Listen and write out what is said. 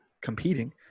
competing